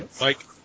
Mike